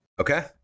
Okay